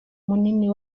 munini